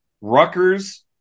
Rutgers